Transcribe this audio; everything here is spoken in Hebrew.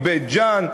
מבית-ג'ן,